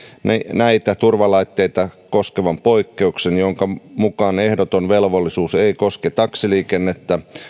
näitä turvalaitteita koskevan poikkeuksen jonka mukaan ehdoton velvollisuus ei koske taksiliikenteessä